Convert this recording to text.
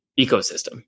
ecosystem